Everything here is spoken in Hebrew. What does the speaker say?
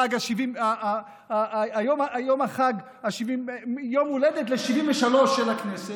יום הולדת 73 של הכנסת,